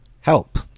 Help